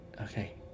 okay